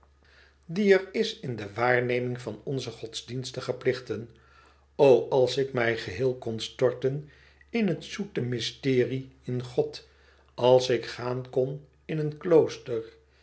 die er is in de waarneming van onze godsdienstige plichten o als ik mij geheel kon storten in het zoete mysterie in god als ik gaan kon in een klooster